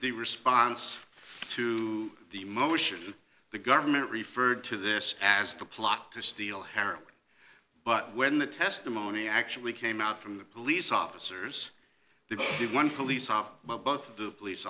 the response to the motion the government referred to this as the plot to steal heroin but when the testimony actually came out from the police officers they did one police